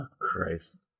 Christ